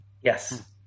Yes